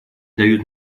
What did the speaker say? дают